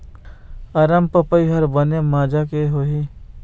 अरमपपई हर बने माजा के होही?